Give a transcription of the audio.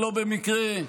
שלא במקרה,